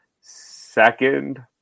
Second